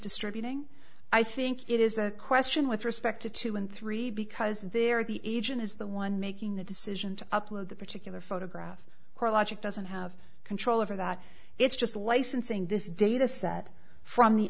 distributing i think it is a question with respect to two and three because they're the agent is the one making the decision to upload the particular photograph logic doesn't have control over that it's just licensing this data set from the